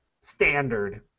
Standard